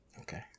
Okay